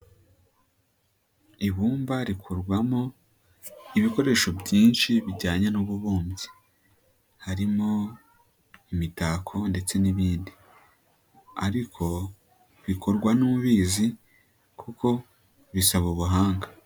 Ibumba rikorwamo ibikoresho byinshi bijyanye n'ububumbyi, harimo imitako ndetse n'ibindi, ariko bikorwa n'ubizi kuko bisaba ubuhanga.